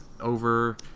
over